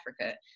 africa